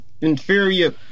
inferior